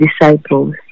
disciples